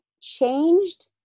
changed